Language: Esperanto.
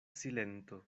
silento